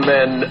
Men